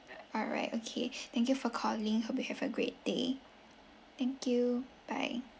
alright okay thank you for calling hope you have a great day thank you bye